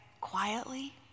quietly